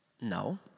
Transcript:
No